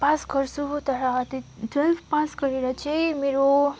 pass गर्छु तर त्यत ट्वेल्भ पास गरेर चाहिँ मेरो